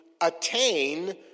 attain